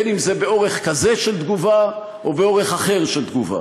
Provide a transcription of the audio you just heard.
אם באורך תגובה כזה ואם באורך תגובה